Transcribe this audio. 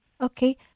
Okay